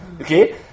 Okay